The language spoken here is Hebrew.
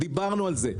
דיברנו על זה.